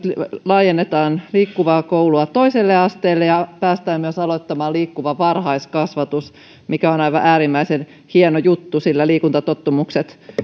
laajennetaan liikkuvaa koulua toiselle asteelle ja päästään myös aloittamaan liikkuva varhaiskasvatus mikä on aivan äärimmäisen hieno juttu sillä liikuntatottumukset